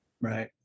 Right